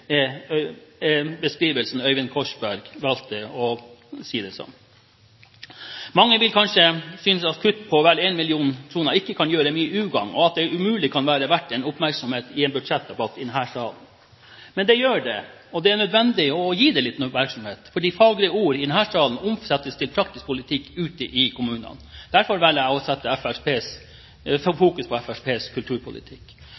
er beskrivelsen Øyvind Korsberg valgte å bruke. Mange vil kanskje synes at kutt på vel 1 mill. kr ikke kan gjøre mye ugagn, og at det umulig kan være verdt oppmerksomhet i en budsjettdebatt i denne salen. Men det er nødvendig å gi det litt oppmerksomhet, fordi fagre ord i denne sal omsettes til praktisk politikk ute i kommunene. Derfor velger jeg å